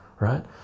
Right